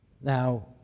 Now